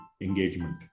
engagement